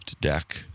deck